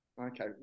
Okay